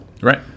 Right